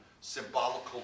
symbolical